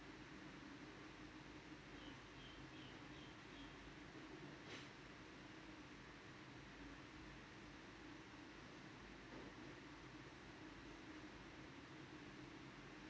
ya